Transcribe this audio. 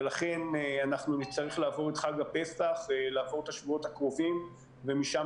ולכן נצטרך לעבור את חג הפסח ואת השבועות הקרובים ומשם